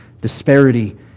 disparity